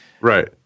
Right